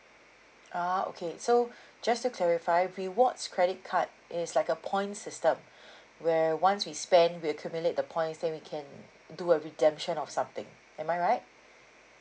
ah okay so just to clarify rewards credit card is like a point system where once we spend we accumulate the points then we can do a redemption of something am I right